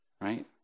right